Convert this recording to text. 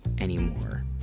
anymore